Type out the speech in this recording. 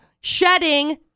Shedding